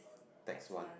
that's one